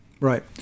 Right